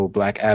Black